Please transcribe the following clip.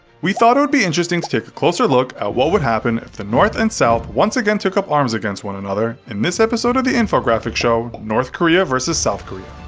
we thought it would be interesting to take a closer look at what would happen if the north and south once again took-up arms against one another, in this episode of the infographics show, north korea vs. south korea.